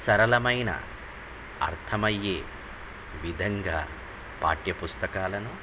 సరళమైన అర్థమయ్యే విధంగా పాఠ్యపుస్తకాలను